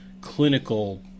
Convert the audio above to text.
clinical